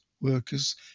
workers